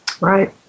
Right